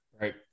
right